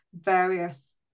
various